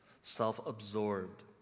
self-absorbed